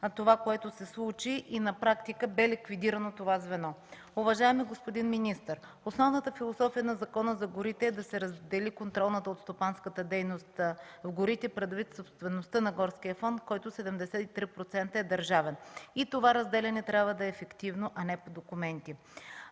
това, което се случи и на практика бе ликвидирано това звено. Уважаеми господин министър, основната философия на Закона за горите е да се раздели контролната от стопанската дейност в горите предвид собствеността на горския фонд, от който 73% е държавен. И това разделяне трябва да е ефективно, а не по документи.